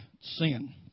Sin